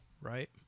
right